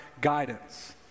guidance